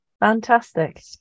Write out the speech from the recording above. Fantastic